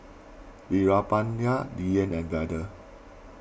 Veerapandiya Dhyan and Vedre